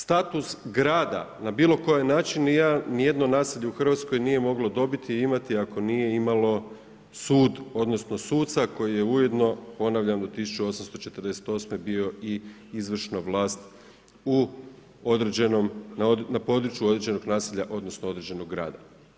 Status grada na bilo koji način ni jedno naselje u Hrvatskoj nije moglo dobiti i imati ako nije imalo sud, odnosno suca koji je ujedno ponavljam od 1848. bio i izvršna vlast u određenom, na području određenog naselja odnosno određenog grada.